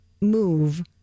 move